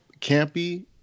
campy